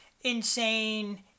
insane